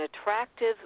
attractive